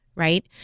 Right